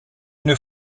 une